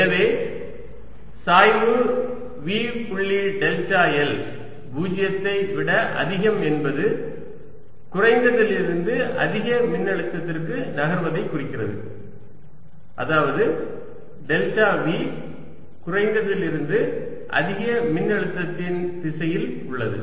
எனவே சாய்வு V புள்ளி டெல்டா l 0 த்தை விட அதிகம் என்பது குறைந்ததிலிருந்து அதிக மின்னழுத்தத்திற்கு நகர்வதைக் குறிக்கிறது அதாவது டெல்டா V குறைந்ததிலிருந்து அதிக மின்னழுத்தத்தின் திசையில் உள்ளது